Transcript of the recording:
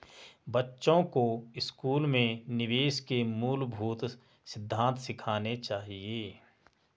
बच्चों को स्कूल में निवेश के मूलभूत सिद्धांत सिखाने चाहिए